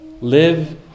Live